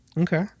okay